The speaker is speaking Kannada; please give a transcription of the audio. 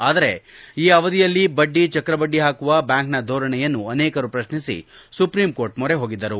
ಆದರೆ ಆ ಅವಧಿಯಲ್ಲಿ ಬಡ್ಡಿ ಚಕ್ರಬಡ್ಡಿ ಪಾಕುವ ಬ್ಯಾಂಕ್ನ ಧೋರಣೆಯನ್ನು ಅನೇಕರು ಪ್ರತ್ನಿಸಿ ಸುಪ್ರೀಂ ಕೋರ್ಟ್ ಮೊರೆ ಹೋಗಿದ್ದರು